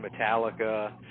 Metallica